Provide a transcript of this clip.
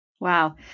Wow